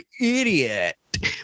idiot